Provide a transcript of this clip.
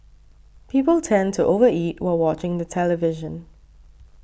people tend to over eat while watching the television